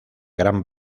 gran